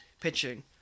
pitching